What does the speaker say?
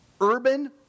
urban